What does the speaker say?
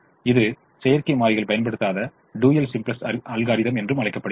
இது செயற்கை மாறிகள் பயன்படுத்தாத டூயல் சிம்ப்ளக்ஸ் அல்காரிதம் என்றும் அழைக்கப்படுகிறது